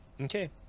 Okay